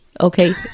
okay